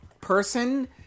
person